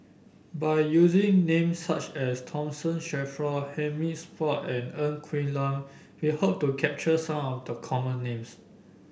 by using names such as Tomson Shelford Hamid Supaat and Ng Quee Lam we hope to capture some of the common names